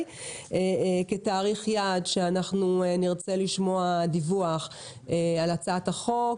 כתאריך יעד שנרצה לשמוע דיווח על הצעת החוק,